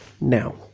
now